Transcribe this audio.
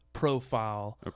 Profile